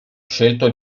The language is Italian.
scelto